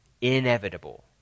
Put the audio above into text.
inevitable